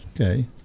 okay